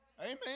Amen